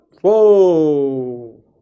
Whoa